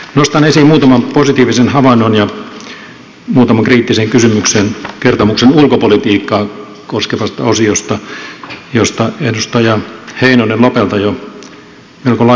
nostan esiin muutaman positiivisen havainnon ja muutaman kriittisen kysymyksen kertomuksen ulkopolitiikkaa koskevasta osiosta josta edustaja heinonen lopelta jo melko laajasti puhuikin